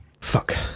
Fuck